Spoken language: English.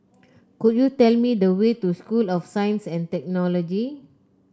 could you tell me the way to School of Science and Technology